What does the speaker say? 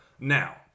Now